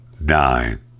nine